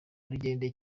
rugende